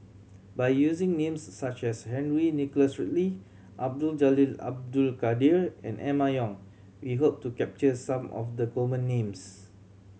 by using names such as Henry Nicholas Ridley Abdul Jalil Abdul Kadir and Emma Yong we hope to capture some of the common names